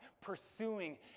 pursuing